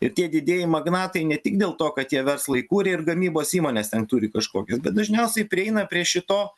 ir tie didieji magnatai ne tik dėl to kad jie verslą įkūrė ir gamybos įmonės ten turi kažkokias bet dažniausiai prieina prie šito